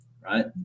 right